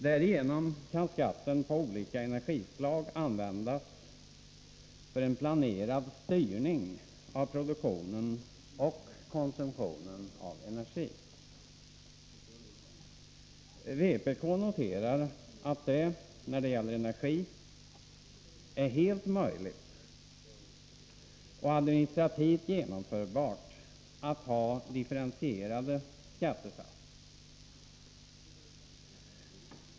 Därigenom kan skatten på olika energislag användas för en planerad styrning av produktionen och konsumtionen av energi. Vpk noterar att det för energi är helt möjligt och administrativt genomförbart att ha differentierade skattesatser.